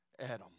Adam